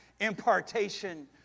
impartation